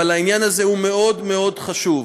אבל העניין הזה מאוד מאוד חשוב.